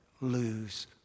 lose